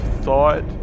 thought